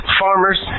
farmers